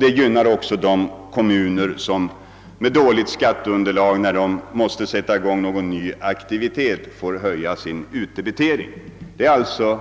Det gynnar även de kommuner som vid igångsättande av en ny aktivitet måste höja sin utdebitering. Detta är alltså